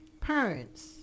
parents